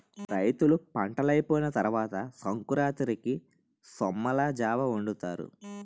రైతులు పంటలైపోయిన తరవాత సంకురాతిరికి సొమ్మలజావొండుతారు